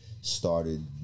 started